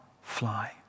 fly